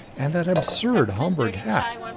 and that absurd homburg hat?